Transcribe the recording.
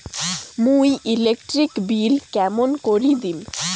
মুই electric bill কেমন করি দিম?